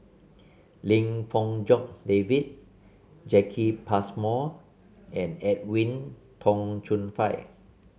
Lim Fong Jock David Jacki Passmore and Edwin Tong Chun Fai